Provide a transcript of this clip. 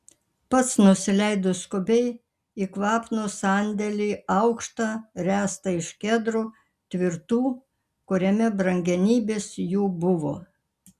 pats nusileido skubiai į kvapnų sandėlį aukštą ręstą iš kedrų tvirtų kuriame brangenybės jų buvo